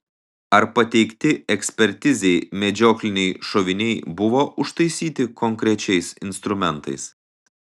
ar pateikti ekspertizei medžiokliniai šoviniai buvo užtaisyti konkrečiais instrumentais